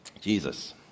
Jesus